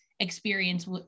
experience